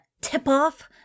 tip-off